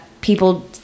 people